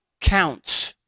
Counts